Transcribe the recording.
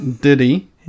Diddy